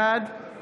בעד